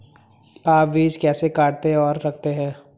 आप बीज कैसे काटते और रखते हैं?